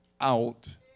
out